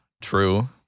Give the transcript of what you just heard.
True